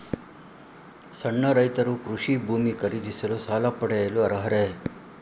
ಸಣ್ಣ ರೈತರು ಕೃಷಿ ಭೂಮಿ ಖರೀದಿಸಲು ಸಾಲ ಪಡೆಯಲು ಅರ್ಹರೇ?